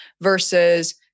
versus